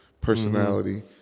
personality